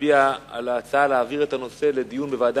מצביע על ההצעה להעביר את הנושא לדיון בוועדה